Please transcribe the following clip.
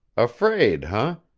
afraid, ah?